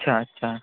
अच्छा अच्छा